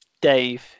Dave